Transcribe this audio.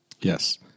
Yes